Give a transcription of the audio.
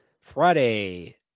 Friday